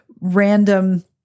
random